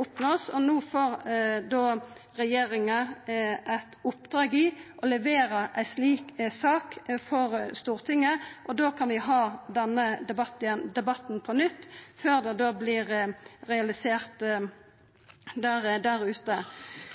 oppnåast. No får regjeringa i oppdrag å levera ei slik sak til Stortinget, og da kan vi ha denne debatten på nytt før det vert realisert der ute. Det var fire partileiarar som i vår fremja eit liknande forslag, der